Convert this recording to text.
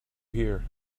here